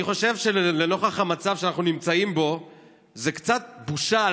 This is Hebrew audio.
אני חושב שלנוכח המצב שאנחנו נמצאים בו זה קצת בושה לנו,